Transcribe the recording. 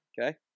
Okay